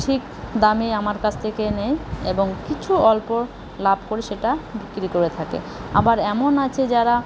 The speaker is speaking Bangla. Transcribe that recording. ঠিক দামেই আমার কাছ থেকে নেয় এবং কিছু অল্প লাভ করে সেটা বিক্রি করে থাকে আবার এমন আছে যারা